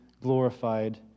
glorified